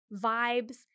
vibes